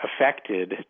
affected